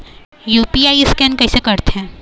UPI scan कइसे करथे?